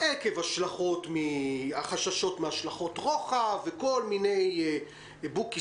עקב חששות מהשלכות רוחב וכל מיני בוקי